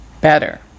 better